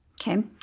Okay